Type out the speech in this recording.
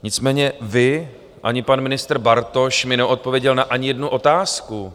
Nicméně vy ani pan ministr Bartoš mi neodpověděl ani na jednu otázku.